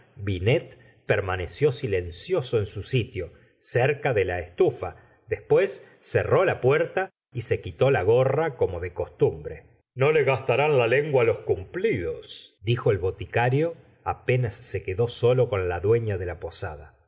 binet permaneció silencioso en su sitio cerca de la estufa después cerr la puerta y se quitó la gorra como de costumbre no le gastarán la lengua los cumplidos dijo el boticario apenas se quedó sólo con la dueña de la posada